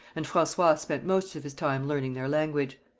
and francois spent most of his time learning their language.